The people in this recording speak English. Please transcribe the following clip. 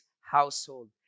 household